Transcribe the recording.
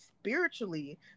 spiritually